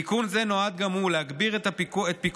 תיקון זה נועד גם הוא להגביר את פיקוח